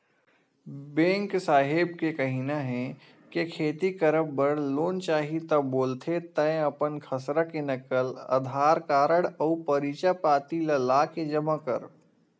bank साहेब के कहिना हे के खेती करब बर लोन चाही ता बोलथे तंय अपन खसरा के नकल, अधार कारड अउ परिचय पाती ल लाके जमा कर